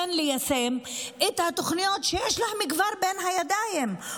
מיישום התוכניות שיש להם כבר בין הידיים,